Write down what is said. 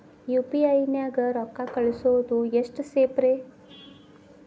UPI ನ್ಯಾಗ ರೊಕ್ಕ ಕಳಿಸೋದು ಎಷ್ಟ ಸೇಫ್ ರೇ?